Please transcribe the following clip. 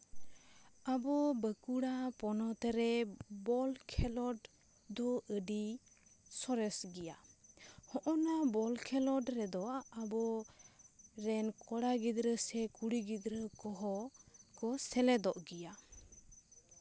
ᱟᱵᱚ ᱵᱟᱸᱠᱩᱲᱟ ᱯᱚᱱᱚᱛᱨᱮ ᱵᱚᱞ ᱠᱷᱮᱞᱳᱰ ᱫᱚ ᱟᱹᱰᱤ ᱥᱚᱨᱮᱥ ᱜᱮᱭᱟ ᱦᱚᱜᱼᱚ ᱱᱟ ᱵᱚᱞ ᱠᱷᱮᱞᱳᱰ ᱨᱮᱫᱚ ᱟᱵᱚ ᱨᱮᱱ ᱠᱚᱲᱟ ᱜᱤᱫᱽᱨᱟᱹ ᱥᱮ ᱠᱩᱲᱤ ᱜᱤᱫᱽᱨᱟᱹ ᱠᱚᱦᱚᱸ ᱠᱚ ᱥᱮᱞᱮᱫᱚᱜ ᱜᱮᱭᱟ